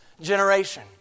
generation